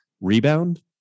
rebound